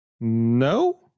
no